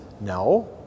No